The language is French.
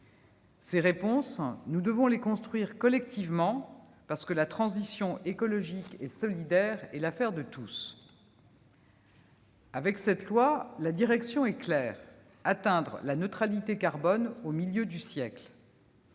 Ces réponses, nous devons les construire collectivement, parce que la transition écologique et solidaire est l'affaire de tous. Avec ce texte, la direction est claire : atteindre la neutralité carbone au milieu du siècle.